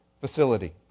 facility